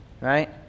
right